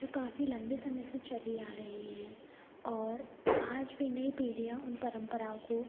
जो काफ़ी लम्बे समय से चली आ रही हैं और आज भी नई पीढ़ियाँ उन परम्पराओं को